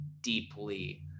deeply